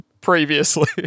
previously